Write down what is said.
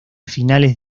finales